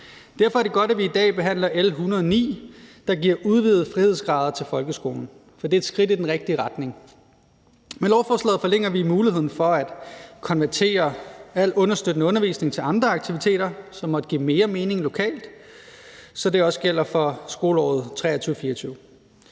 Derfor er det godt, at vi i dag behandler L 109, der giver udvidede frihedsgrader til folkeskolen, for det er et skridt i den rigtige retning. Med lovforslaget forlænger vi muligheden for at konvertere al understøttende undervisning til andre aktiviteter, som måtte give mere mening lokalt, så det også gælder for skoleåret 2023/24.